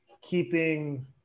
keeping